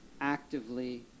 Actively